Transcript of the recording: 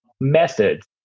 Methods